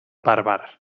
bàrbar